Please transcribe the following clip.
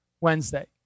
Wednesday